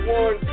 one